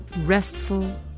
restful